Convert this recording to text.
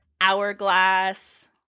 hourglass